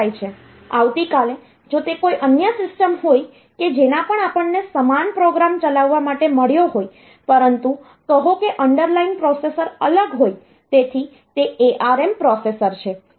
આવતીકાલે જો તે કોઈ અન્ય સિસ્ટમ હોય કે જેના પર આપણને સમાન પ્રોગ્રામ ચલાવવા માટે મળ્યો હોય પરંતુ કહો કે અન્ડરલાઈન પ્રોસેસર અલગ હોય તેથી તે ARM પ્રોસેસર છે